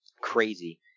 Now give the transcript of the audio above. crazy